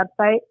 website